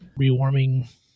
rewarming